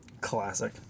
classic